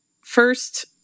first